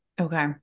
Okay